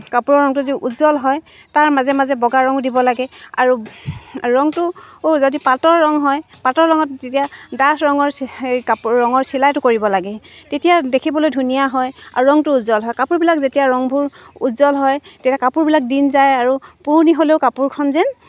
কাপোৰৰ ৰংটো যদি উজ্জ্বল হয় তাৰ মাজে মাজে বগা ৰঙো দিব লাগে আৰু ৰংটো যদি পাতল ৰং হয় পাতল ৰঙত যেতিয়া ডাঠ ৰঙৰ চি সেই কাপোৰ ৰঙৰ চিলাইটো কৰিব লাগে তেতিয়া দেখিবলৈ ধুনীয়া হয় আৰু ৰংটো উজ্জ্বল হয় কাপোৰবিলাক যেতিয়া ৰংবোৰ উজ্জ্বল হয় তেতিয়া কাপোৰবিলাক দিন যায় আৰু পুৰণি হ'লেও কাপোৰখন যেন